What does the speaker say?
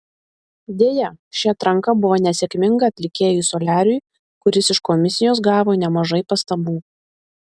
deja ši atranka buvo nesėkminga atlikėjui soliariui kuris iš komisijos gavo nemažai pastabų